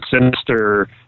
sinister